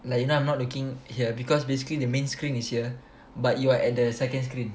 like you know I'm not looking here because basically the main screen is here but you are at the second screen